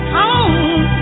Home